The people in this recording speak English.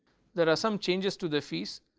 there are some changes to the fees.